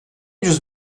ucuz